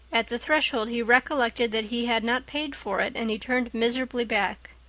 at the threshold he recollected that he had not paid for it and he turned miserably back.